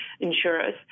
insurers